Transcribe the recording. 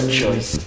choice